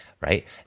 right